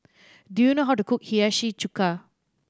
do you know how to cook Hiyashi Chuka